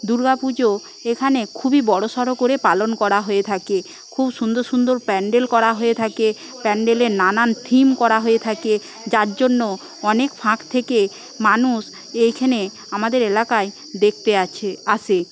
দুর্গাপুজো এখানে খুবই বড় সড় করে পালন করা হয়ে থাকে খুব সুন্দর সুন্দর প্যান্ডেল করা হয়ে থাকে প্যান্ডেলে নানান থিম করা হয়ে থাকে যার জন্য অনেক ফাঁক থেকে মানুষ এইখানে আমাদের এলাকায় দেখতে আছে আসে